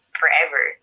forever